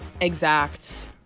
exact